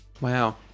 Wow